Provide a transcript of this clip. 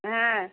হ্যাঁ